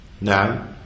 Now